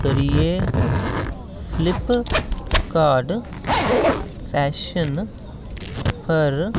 करियै Flipkart fashion पर